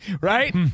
Right